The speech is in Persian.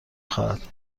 خواهد